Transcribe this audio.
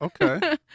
Okay